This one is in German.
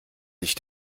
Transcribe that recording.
sich